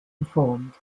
performed